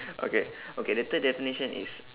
okay okay the third definition is